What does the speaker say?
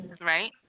right